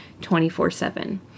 24-7